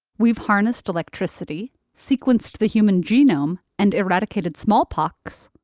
we've harnessed electricity, sequenced the human genome, and eradicated small pox.